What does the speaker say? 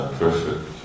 perfect